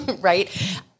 right